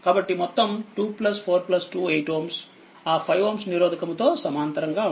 కాబట్టిమొత్తం2428Ωఆ5Ω నిరోధకము తో సమాంతరంగా ఉంటుంది